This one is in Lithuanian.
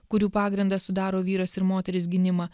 kurių pagrindą sudaro vyras ir moteris gynimą